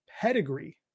pedigree